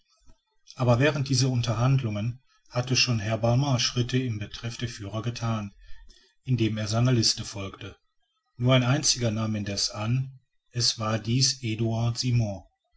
aber während dieser unterhandlungen hatte schon herr balmat schritte in betreff der führer gethan indem er seiner liste folgte nur ein einziger nahm indessen an es war dies eduard simon